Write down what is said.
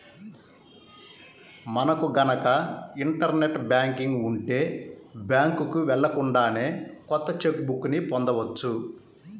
మనకు గనక internet banking ఉంటే బ్యాంకుకి వెళ్ళకుండానే కొత్త చెక్ బుక్ ని పొందవచ్చు